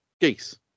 geese